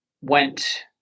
went